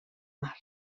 mar